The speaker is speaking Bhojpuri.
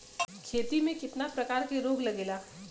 खेती में कितना प्रकार के रोग लगेला?